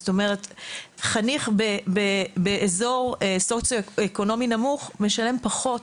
זאת אומרת חניך באזור סוציואקונומי נמוך משלם פחות.